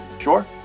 Sure